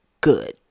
good